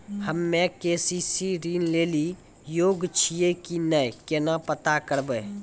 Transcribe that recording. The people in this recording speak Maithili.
हम्मे के.सी.सी ऋण लेली योग्य छियै की नैय केना पता करबै?